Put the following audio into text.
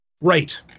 Right